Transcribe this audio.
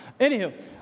Anywho